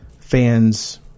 fans